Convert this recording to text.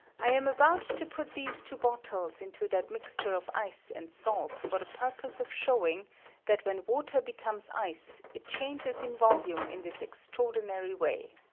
i am about to put these two bottles into that mixture of ice and salt for the purpose of showing that when water becomes ice it changes in volume in this extraordinary way.